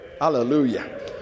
hallelujah